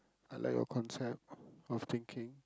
I like your concept of thinking